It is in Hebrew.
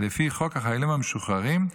לפי חוק החיילים המשוחררים,